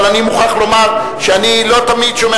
אבל אני מוכרח לומר שאני לא תמיד שומע